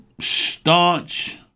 staunch